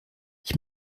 ich